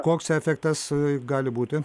koks efektas gali būti